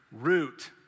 Root